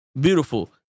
Beautiful